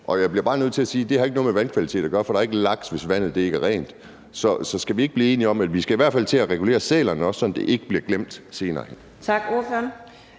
og jeg bliver bare nødt til at sige, at det ikke har noget med vandkvaliteten at gøre. For der er ikke laks, hvis vandet ikke er rent. Så skal vi ikke blive enige om, at vi i hvert fald også skal til at regulere sælerne, sådan at det ikke senere hen bliver glemt?